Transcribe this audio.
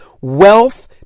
wealth